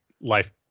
life